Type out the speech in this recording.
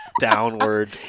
downward